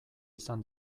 izan